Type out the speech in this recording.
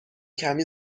کمی